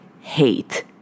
hate